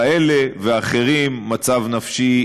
כאלה ואחרים: מצב נפשי,